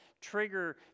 trigger